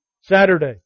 Saturday